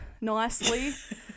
nicely